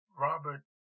Robert